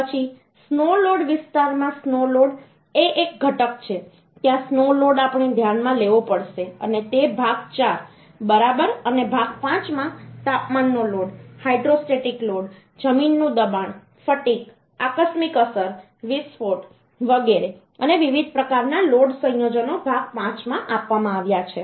પછી snow load વિસ્તારમાં snow load એ એક ઘટક છે ત્યાં સ્નો લોડ આપણે ધ્યાનમાં લેવો પડશે અને તે ભાગ 4 બરાબર અને ભાગ 5 માં તાપમાનનો લોડ હાઇડ્રોસ્ટેટિક લોડ જમીનનું દબાણ ફટિગ આકસ્મિક અસર વિસ્ફોટ વગેરે અને વિવિધ પ્રકારના લોડ સંયોજનો ભાગ 5 માં આપવામાં આવ્યા છે